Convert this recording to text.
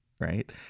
Right